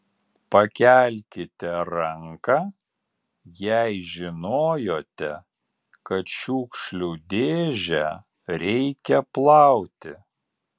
pakelkite ranką jei žinojote kad šiukšlių dėžę reikia plauti